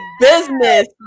business